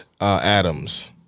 Adams